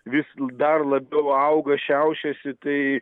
vis dar labiau auga šiaušiasi tai